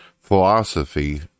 philosophy